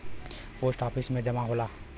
post office में जमा होला